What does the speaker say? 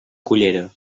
cullera